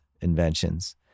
inventions